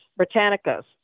Britannica's